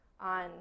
on